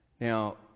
now